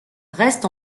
reste